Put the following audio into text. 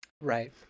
right